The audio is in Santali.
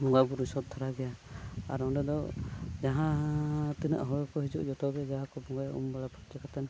ᱵᱚᱸᱜᱟ ᱵᱳᱨᱳ ᱥᱚᱛ ᱫᱷᱟᱨᱟ ᱜᱮᱭᱟ ᱟᱨ ᱚᱸᱰᱮᱫᱚ ᱡᱟᱦᱟᱸᱻ ᱛᱤᱱᱟᱹᱜ ᱦᱚᱲᱠᱚ ᱦᱤᱡᱩᱜ ᱡᱚᱛᱚ ᱜᱮ ᱡᱟᱦᱟᱠᱚ ᱵᱚᱸᱜᱟᱭᱟ ᱩᱢᱵᱟᱲᱟ ᱯᱷᱟᱨᱪᱟ ᱠᱟᱛᱮᱱ